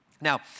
Now